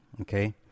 Okay